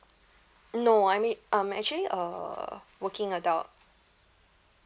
no I mean I'm actually a working adult